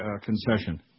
concession